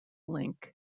link